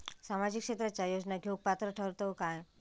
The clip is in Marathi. सामाजिक क्षेत्राच्या योजना घेवुक पात्र ठरतव काय?